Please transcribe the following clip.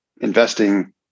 investing